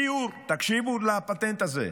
דיור, תקשיבו לפטנט הזה.